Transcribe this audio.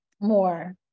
more